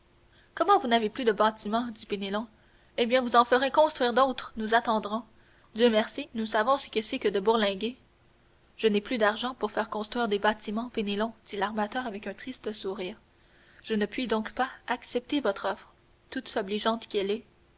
comment vous n'avez plus de bâtiments dit penelon eh bien vous en ferez construire d'autres nous attendrons dieu merci nous savons ce que c'est que de bourlinguer je n'ai plus d'argent pour faire construire des bâtiments penelon dit l'armateur avec un triste sourire je ne puis donc pas accepter votre offre toute obligeante qu'elle est